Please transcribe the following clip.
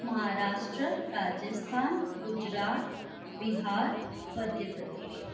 Maharashtra Rajasthan Gujarat Bihar Madhya Pradesh